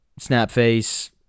Snapface